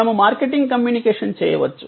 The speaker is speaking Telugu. మనము మార్కెటింగ్ కమ్యూనికేషన్ చేయవచ్చు